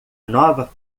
nova